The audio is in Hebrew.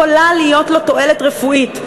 יכולה להיות לו תועלת רפואית,